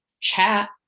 chat